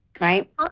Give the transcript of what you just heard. right